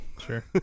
Sure